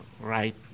right